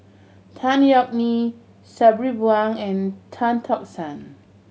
Tan Yeok Nee Sabri Buang and Tan Tock San